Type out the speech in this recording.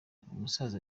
umusaza